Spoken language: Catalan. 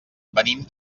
venim